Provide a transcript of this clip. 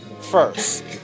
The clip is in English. First